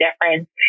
difference